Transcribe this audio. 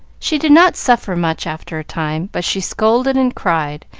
she did not suffer much after a time, but she scolded and cried,